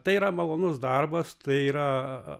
tai yra malonus darbas tai yra